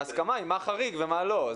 ההסכמה היא מה חריג ומה לא.